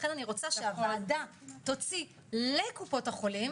ולכן אני רוצה שהוועדה תוציא לקופות החולים